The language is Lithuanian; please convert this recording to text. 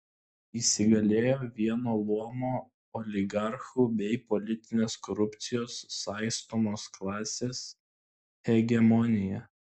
įsigalėjo vieno luomo oligarchų bei politinės korupcijos saistomos klasės hegemonija